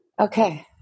okay